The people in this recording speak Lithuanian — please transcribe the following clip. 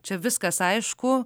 čia viskas aišku